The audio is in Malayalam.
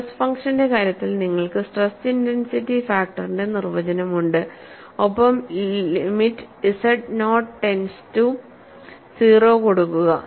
സ്ട്രെസ് ഫംഗ്ഷന്റെ കാര്യത്തിൽ നിങ്ങൾക്ക് സ്ട്രെസ് ഇന്റൻസിറ്റി ഫാക്ടറിന്റെ നിർവചനം ഉണ്ട് ഒപ്പം limit z naught tends to 0 കൊടുക്കുക